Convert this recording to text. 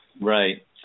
right